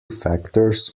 factors